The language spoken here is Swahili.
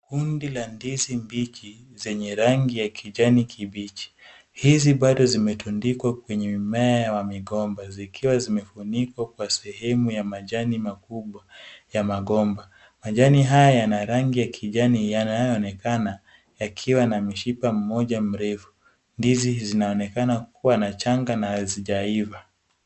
Hundi la ndizi mbichi zenye rangi ya kijani kibichi. Hizi bado zimetundikwa kwenye mmea wa migomba, zikiwa zimefunikwa kwa sehemu ya majani makubwa ya magomba. Majani haya yana rangi ya kijani yanayoonekana yakiwa na mshipa mmoja mrefu. Ndizi zinaonekana kuwa na changa na hazijaiva.